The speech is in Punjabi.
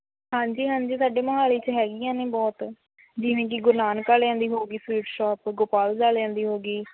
ਹਾਂਜੀ ਹਾਂਜੀ ਸਾਡੇ ਮੋਹਾਲੀ 'ਚ ਹੈਗੀਆਂ ਨੇ ਬਹੁਤ ਜਿਵੇਂ ਕਿ ਗੁਰੂ ਨਾਨਕ ਵਾਲਿਆਂ ਦੀ ਹੋ ਗਈ ਸਵੀਟਸ ਸ਼ਾਪ ਗੋਪਾਲਸ ਵਾਲਿਆਂ ਦੀ ਹੋ ਗਈ